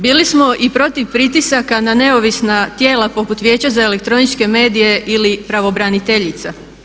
Bili smo i protiv pritisaka na neovisna tijela poput Vijeća za elektroničke medije ili pravobraniteljica.